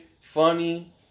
funny